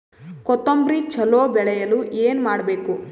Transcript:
ಕೊತೊಂಬ್ರಿ ಚಲೋ ಬೆಳೆಯಲು ಏನ್ ಮಾಡ್ಬೇಕು?